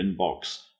inbox